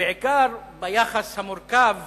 ובעיקר ביחס המורכב